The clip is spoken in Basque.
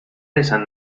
esan